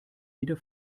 wieder